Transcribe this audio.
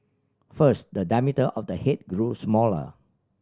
first the diameter of the head grew smaller